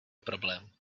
problém